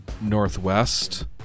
northwest